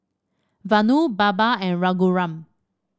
Vanu Baba and Raghuram